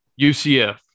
UCF